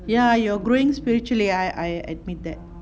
ya you're growing spiritually I I admit that